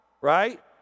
Right